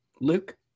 Luke